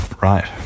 Right